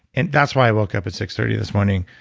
and that's why i woke up at six thirty this morning.